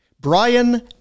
Brian